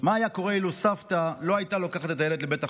מה היה קורה אילו סבתא לא הייתה לוקחת את הילד לבית החולים?